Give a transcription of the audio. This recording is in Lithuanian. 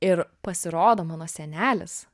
ir pasirodo mano senelis